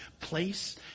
place